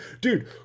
dude